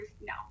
no